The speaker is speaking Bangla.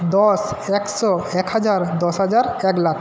দশ একশো এক হাজার দশ হাজার এক লাখ